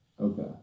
Okay